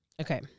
okay